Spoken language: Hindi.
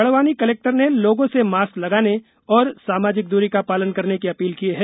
बड़वानी कलेक्टर ने लोगों से मास्क लगाने और सामाजिक दूरी का पालन करने की अपील की है